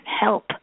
help